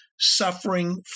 suffering